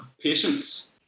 patients